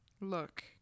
Look